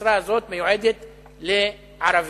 המשרה הזאת מיועדת לערבים.